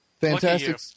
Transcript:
Fantastic